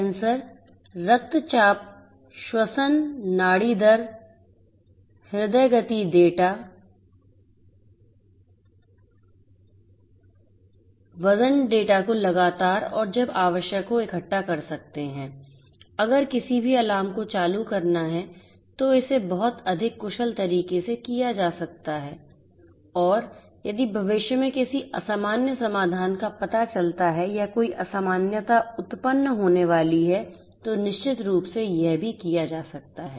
sensor रक्तचाप श्वसन नाड़ी दर हृदय गति डेटा वजन डेटा को लगातार और जब आवश्यक हो इकट्ठा कर सकते हैं अगर किसी भी अलार्म को चालू करना है तो इसे बहुत अधिक कुशल तरीके से किया जा सकता है और यह किया जा सकता है यदि भविष्य में किसी असामान्य समाधान का पता चलता है या कोई असामान्यता उत्पन्न होने वाली है तो निश्चित रूप से यह भी किया जा सकता है